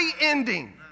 ending